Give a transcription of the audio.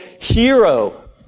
hero